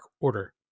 Order